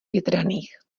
větraných